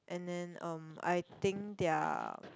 and then um I think their